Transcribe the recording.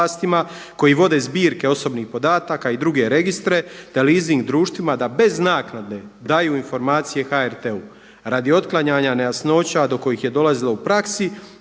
koji vode zbirke osobnih podataka i druge registre te liesing društvima da bez naknade daju informacije HRT-u. Radi otklanjanja nejasnoća do kojih je dolazilo u praksi